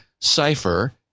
cipher